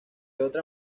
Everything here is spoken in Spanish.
otra